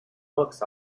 books